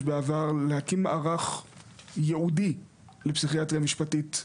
בעבר להקים מערך ייעודי לפסיכיאטריה משפטית.